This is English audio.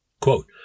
Quote